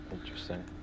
Interesting